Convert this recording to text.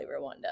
Rwanda